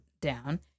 down